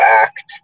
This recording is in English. act